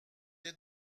est